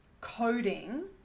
coding